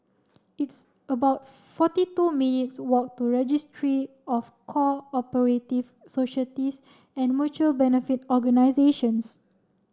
it's about forty two minutes' walk to Registry of Co operative Societies and Mutual Benefit Organisations